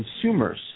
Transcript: consumers